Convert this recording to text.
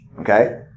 Okay